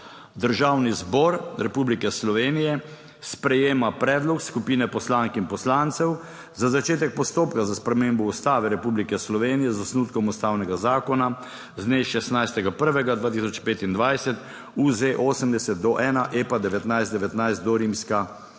Državni zbor Republike Slovenije sprejema predlog skupine poslank in poslancev za začetek postopka za spremembo Ustave Republike Slovenije z osnutkom Ustavnega zakona z dne 16. 1. 2025, UZ80-1, EPA